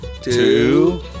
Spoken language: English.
two